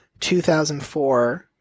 2004